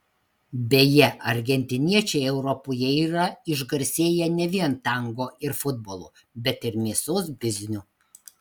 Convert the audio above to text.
beje argentiniečiai europoje yra išgarsėję ne vien tango ir futbolu bet ir mėsos bizniu